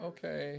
Okay